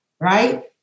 right